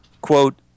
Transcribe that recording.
quote